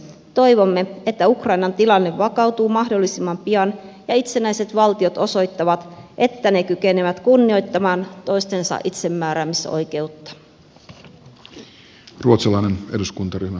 toivomme että ukrainan tilanne vakautuu mahdollisimman pian ja itsenäiset valtiot osoittavat että ne kykenevät kunnioittamaan toistensa itsemääräämisoikeutta